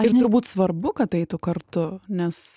ir turbūt svarbu kad eitų kartu nes